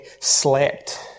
slept